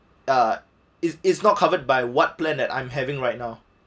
uh is is not covered by what plan that I'm having right now